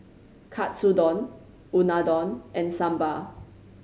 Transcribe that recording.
Katsudon Unadon and Sambar